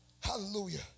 Hallelujah